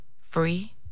free